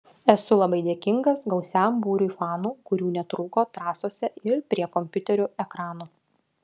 esu labai dėkingas gausiam būriui fanų kurių netrūko trasose ir prie kompiuterių ekranų